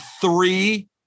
three